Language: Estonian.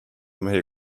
mehe